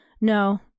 no